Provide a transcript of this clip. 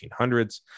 1800s